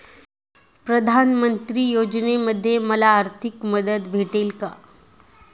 प्रधानमंत्री योजनेमध्ये मला आर्थिक मदत भेटेल का?